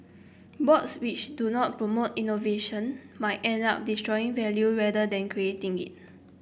boards which do not promote innovation might end up destroying value rather than creating it